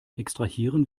extrahieren